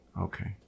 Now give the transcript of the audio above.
Okay